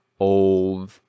old